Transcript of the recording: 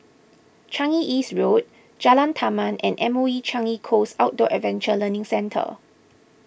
Changi East Road Jalan Taman and M O E Changi Coast Outdoor Adventure Learning Centre